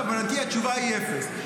להבנתי התשובה היא אפס.